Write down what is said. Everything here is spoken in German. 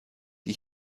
die